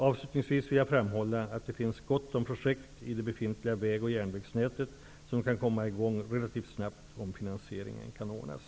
Avslutningsvis vill jag framhålla att det finns gott om projekt i det befintliga väg och järnvägsnätet som kan komma i gång relativt snabbt om finansieringen kan ordnas.